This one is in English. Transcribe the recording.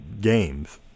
games